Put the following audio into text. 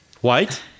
White